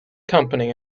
company